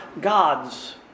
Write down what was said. God's